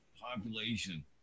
population